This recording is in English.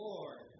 Lord